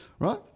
Right